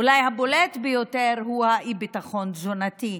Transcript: אולי הבולט ביותר הוא האי-ביטחון התזונתי.